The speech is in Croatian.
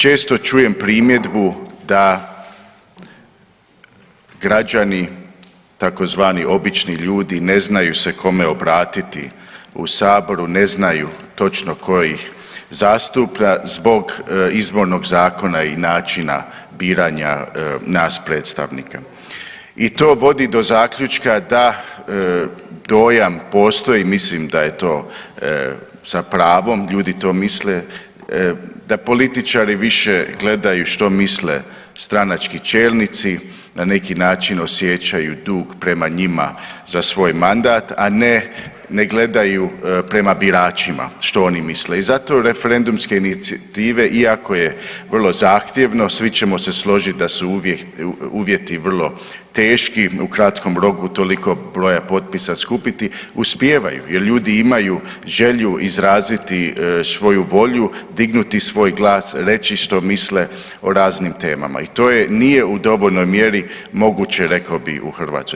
Često čujem primjedbu da građani tzv. obični ljudi ne znaju se kome obratiti u saboru, ne znaju točno ko ih zastupa zbog Izbornog zakona i načina biranja nas predstavnika i to vodi do zaključka da dojam postoji, mislim da je to sa pravom ljudi to misle da političari više gledaju što misle stranački čelnici, na neki način osjećaju dug prema njima za svoj mandat, a ne, ne gledaju prema biračima što oni misle i zato referendumske inicijative iako je vrlo zahtjevno svi ćemo se složit da su uvjeti vrlo teški, u kratkom roku toliko broja potpisa skupiti, uspijevaju jer ljudi imaju želju izraziti svoju volju, dignuti svoj glas, reći što misle o raznim temama i to je, nije u dovoljnoj mjeri moguće rekao bi u Hrvatskoj.